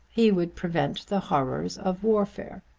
he would prevent the horrors of warfare.